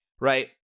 right